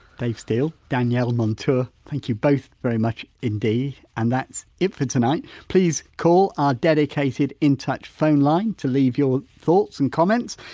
steele, danielle montour, thank you both very much indeed. and that's it for tonight. please call our dedicated in touch phone line to leave your thoughts and comments.